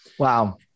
Wow